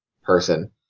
person